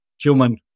human